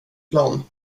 plan